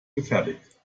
gefertigt